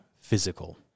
physical